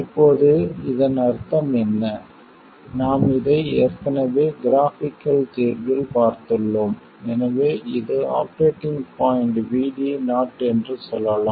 இப்போது இதன் அர்த்தம் என்ன நாம் இதை ஏற்கனவே கிராஃப்பிக்கல் தீர்வில் பார்த்துள்ளோம் எனவே இது ஆபரேட்டிங் பாய்ண்ட் VD0 என்று சொல்லலாம்